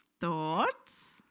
Thoughts